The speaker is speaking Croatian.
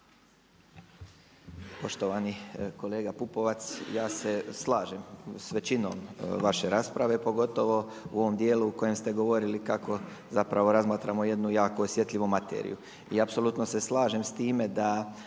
Poštovani kolega Pupovac, ja se slažem s većinom vaše rasprave, pogotovo u ovom djelu u kojem ste govorili kako zapravo razmatramo jednu jako osjetljivu materiju. I apsolutno se slažem s time da